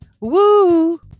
woo